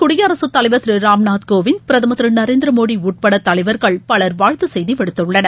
குடியரகத் தலைவர் திரு ராம்நாத் கோவிந்த் பிரதமர் திரு நரேந்திர மோடி உட்பட தலைவர்கள் பலர் வாழ்த்துச் செய்தி விடுத்துள்ளனர்